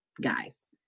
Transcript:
guys